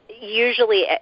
usually